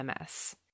MS